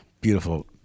beautiful